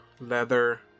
leather